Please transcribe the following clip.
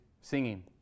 singing